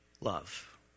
love